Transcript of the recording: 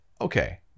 okay